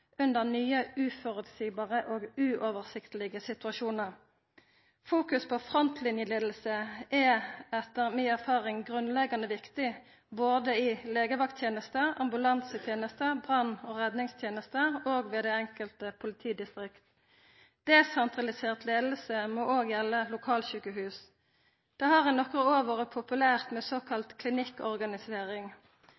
under nye, uføreseielege og uoversiktlege situasjonar. Å fokusera på frontlinjeleiing er etter mi erfaring grunnleggjande viktig både i legevakttenesta, ambulansetenesta, brann- og redningstenesta og ved det enkelte politidistrikt. Desentralisert leiing må òg gjelda lokalsjukehus. Det har i nokre år vore populært med